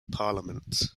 parliament